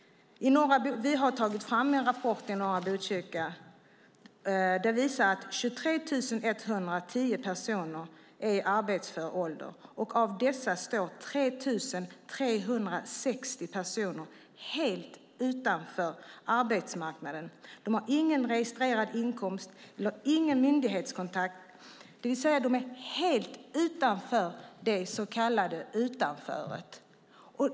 I norra Botkyrka har vi tagit fram en rapport som visar att det finns 23 110 personer i arbetsför ålder. Av dessa står 3 360 personer helt utanför arbetsmarknaden. De har ingen registrerad inkomst och ingen myndighetskontakt. De är helt utanför det så kallade utanföret.